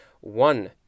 One